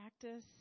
practice